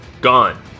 Gone